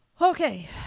okay